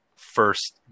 first